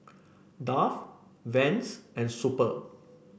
Dove Vans and Super